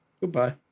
Goodbye